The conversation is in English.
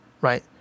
Right